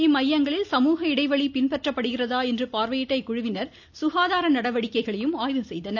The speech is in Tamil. இம்மையங்களில் சமூக இடைவெளி பின்பற்றப்படுகிறதா என்று பார்வையிட்ட இக்குழுவினர் சுகாதார நடவடிக்கைகளையும் ஆய்வு செய்தனர்